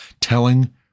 telling